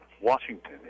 Washington